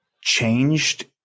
changed